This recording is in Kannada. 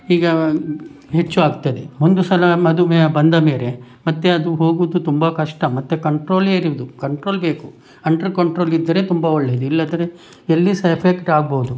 ಈಗ ಹೆಚ್ಚು ಆಗ್ತದೆ ಒಂದು ಸಲ ಮಧುಮೇಹ ಬಂದ ಮೇಲೆ ಮತ್ತೆ ಅದು ಹೋಗೋದು ತುಂಬ ಕಷ್ಟ ಮತ್ತೆ ಕಂಟ್ರೋಲೇ ಇರೋದು ಕಂಟ್ರೋಲ್ ಬೇಕು ಅಂಡರ್ ಕಂಟ್ರೋಲ್ ಇದ್ದರೆ ತುಂಬ ಒಳ್ಳೇದು ಇಲ್ಲಾದರೆ ಎಲ್ಲಿ ಸಹ ಎಫೆಕ್ಟ್ ಆಗಬಹುದು